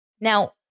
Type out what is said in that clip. Now